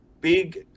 big